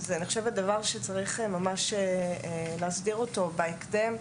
הוא דבר שממש צריך להסדיר בהקדם,